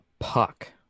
puck